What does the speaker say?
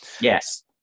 Yes